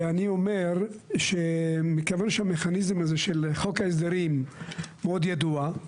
ואני אומר שמכיוון שהמכניזם הזה של חוק ההסדרים מאוד ידוע,